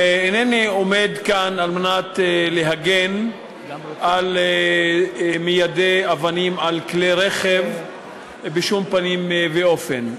אינני עומד כאן כדי להגן על מיידי אבנים על כלי רכב בשום פנים ואופן.